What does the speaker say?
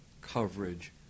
coverage